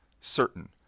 certain